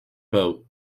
boat